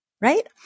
right